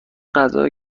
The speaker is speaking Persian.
غذا